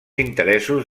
interessos